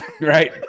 right